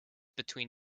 between